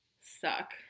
suck